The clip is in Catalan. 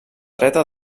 dreta